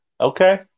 Okay